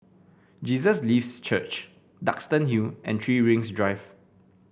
Jesus Lives Church Duxton Hill and Three Rings Drive